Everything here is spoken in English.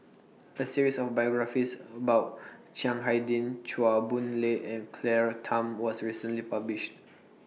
A series of biographies about Chiang Hai Ding Chua Boon Lay and Claire Tham was recently published